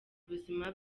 ubuzima